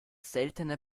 seltene